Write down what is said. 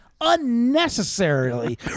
unnecessarily